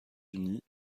unis